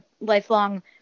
lifelong